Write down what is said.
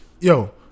Yo